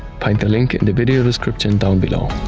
find the link in the video description down below.